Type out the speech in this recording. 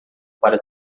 para